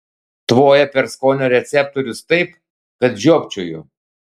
tvoja per skonio receptorius taip kad žiopčioju